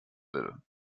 will